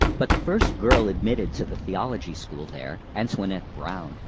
but the first girl admitted to the theology school there, antoinette brown,